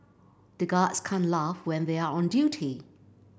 the guards can't laugh when they are on duty